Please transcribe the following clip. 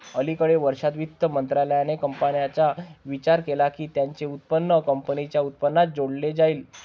अलिकडे वर्षांत, वित्त मंत्रालयाने कंपन्यांचा विचार केला की त्यांचे उत्पन्न कंपनीच्या उत्पन्नात जोडले जाईल